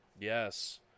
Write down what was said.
Yes